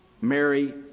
Mary